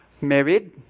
married